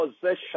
possession